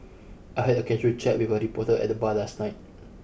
I had a casual chat with a reporter at the bar last night